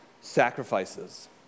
sacrifices